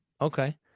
okay